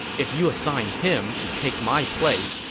if you assign him to take my place,